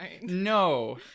No